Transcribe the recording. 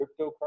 cryptocurrency